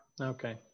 okay